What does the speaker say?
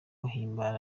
himbara